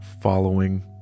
following